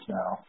now